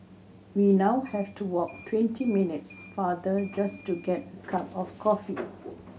we now have to walk twenty minutes farther just to get a cup of coffee